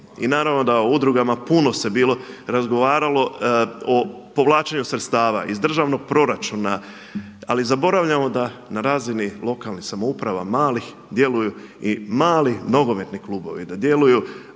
I naravno da o udrugama puno se bilo razgovaralo o povlačenju sredstava iz državnog proračuna. Ali zaboravljamo da na razini lokalnih samouprava malih djeluju i mali nogometni klubovi, da djeluju